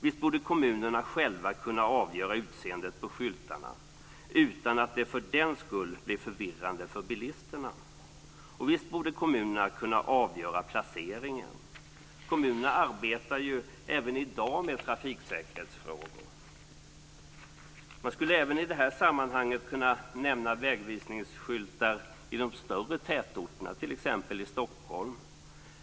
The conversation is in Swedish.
Visst borde kommunerna själva kunna avgöra utseendet på skyltarna utan att det för den skull blir förvirrande för bilisterna. Och visst borde kommunerna kunna avgöra placeringen. Kommunerna arbetar ju även i dag med trafiksäkerhetsfrågor. Man skulle även i detta sammanhang kunna nämna vägvisningsskyltar i de större tätorterna, t.ex. i Stockholm.